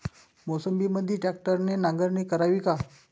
मोसंबीमंदी ट्रॅक्टरने नांगरणी करावी का?